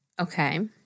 Okay